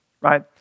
right